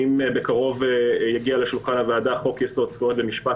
אם בקרוב יגיע לשולחן הוועדה חוק יסוד זכויות במשפט,